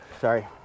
Sorry